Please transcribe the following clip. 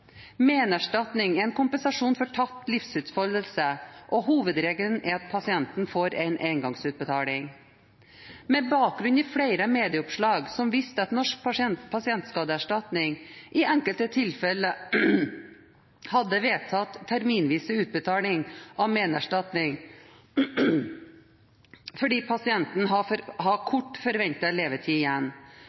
Menerstatning er en kompensasjon for tapt livsutfoldelse, og hovedregelen er at pasienten får en engangsutbetaling. Med bakgrunn i flere medieoppslag som viste at Norsk pasientskadeerstatning i enkelte tilfeller hadde vedtatt terminvise utbetalinger av menerstatning fordi pasienten hadde kort forventet levetid igjen,